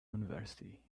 university